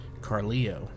Carleo